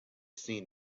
seen